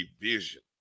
vision